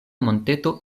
monteto